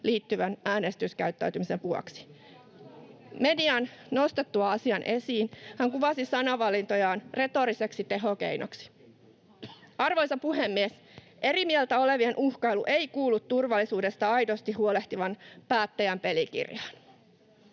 liittyvän äänestyskäyttäytymisen vuoksi. Median nostettua asian esiin hän kuvasi sanavalintojaan retoriseksi tehokeinoksi. Arvoisa puhemies! Eri mieltä olevien uhkailu ei kuulu turvallisuudesta aidosti huolehtivan päättäjän pelikirjaan.